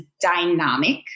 dynamic